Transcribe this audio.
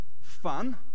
fun